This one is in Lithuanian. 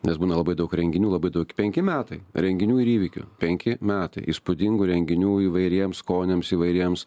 nes būna labai daug renginių labai daug penki metai renginių ir įvykių penki metai įspūdingų renginių įvairiems skoniams įvairiems